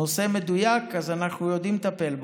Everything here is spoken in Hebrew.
אלא נושא מדויק, אנחנו יודעים לטפל בה.